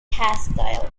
hairstyle